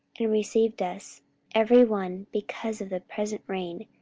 and received us every one, because of the present rain,